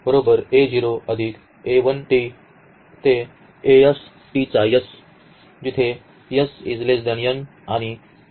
where and